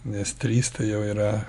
nes trys tai jau yra